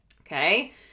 Okay